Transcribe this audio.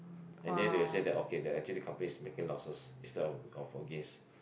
and then they will say that okay they actually the company is making losses is the oh